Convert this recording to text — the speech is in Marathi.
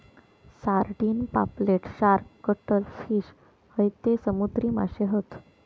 सारडिन, पापलेट, शार्क, कटल फिश हयते समुद्री माशे हत